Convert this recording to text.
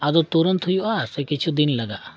ᱟᱫᱚ ᱛᱩᱨᱟᱹᱱᱛ ᱦᱩᱭᱩᱜᱼᱟ ᱥᱮ ᱠᱤᱪᱷᱩ ᱫᱤᱱ ᱞᱟᱜᱟᱜᱼᱟ